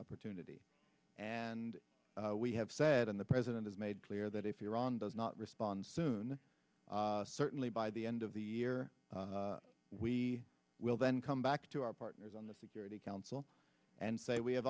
opportunity and we have said and the president has made clear that if you're on does not respond soon certainly by the end of the year we will then come back to our partners on the security council and say we have